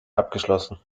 abgeschlossen